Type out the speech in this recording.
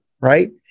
right